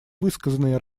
высказанные